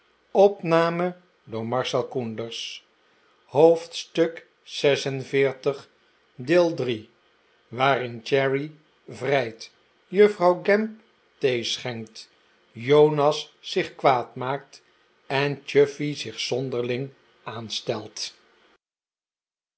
hoofdstuk xl vi waarin cherry vrijt juffrouw gamp thee schenkt jonas zich kwaad maakt en chuffey zich zonderling aanstelt